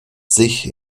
sich